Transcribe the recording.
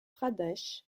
pradesh